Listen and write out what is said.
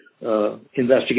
investigation